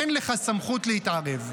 אין לך סמכות להתערב,